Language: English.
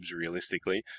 realistically